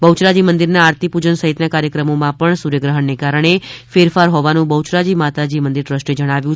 બહ્યરાજી મંદિરના આરતી પૂજન સહિતના કાર્યક્રમોમાં પણ સૂર્યગ્રહણના કારણે ફેરફાર હોવાનું બહ્યરાજી માતાજી મંદિર ટ્રસ્ટે જણાવ્યું છે